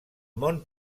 món